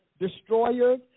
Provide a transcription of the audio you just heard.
destroyers